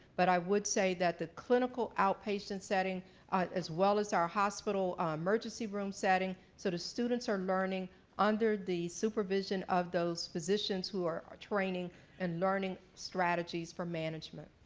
but i would say that the clinical outpatient setting as well as our hospital emergency room setting, so the students are learning under the supervision of those physicians who are are training and learning strategies for management.